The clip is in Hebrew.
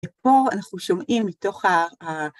ופה אנחנו שומעים מתוך ה...